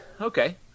Okay